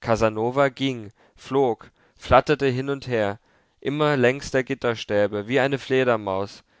casanova ging flog flatterte hin und her immer längs der gitterstäbe wie eine fledermaus